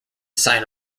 sign